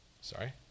sorry